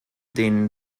den